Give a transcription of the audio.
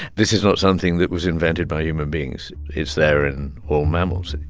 this is not something that was invented by human beings. it's there in all mammals,